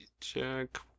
Jack